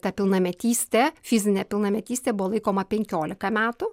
ta pilnametystė fizinė pilnametystė buvo laikoma penkiolika metų